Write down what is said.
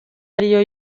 ariyo